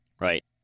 Right